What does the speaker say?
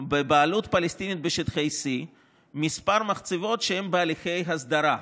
בבעלות פלסטינית בשטחי C כמה מחצבות שהן בהליכי הסדרה,